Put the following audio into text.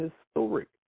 historic